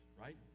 right